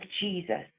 Jesus